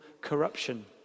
corruption